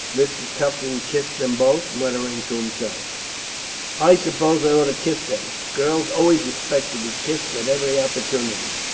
mr. tufton kissed them both, muttering to himself i suppose i ought to kiss them. girls always expect to be kissed at every opportunity.